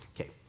Okay